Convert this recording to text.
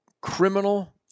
criminal